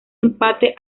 empate